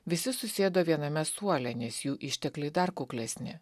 visi susėdo viename suole nes jų ištekliai dar kuklesni